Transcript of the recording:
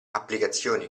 applicazioni